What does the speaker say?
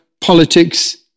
politics